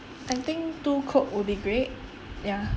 I think two coke will be great ya